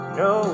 no